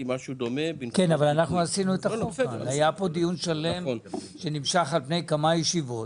היה פה דיון שלם שנמשך על פני כמה ישיבות,